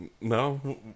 No